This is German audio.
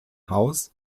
haus